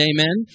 Amen